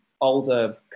older